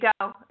go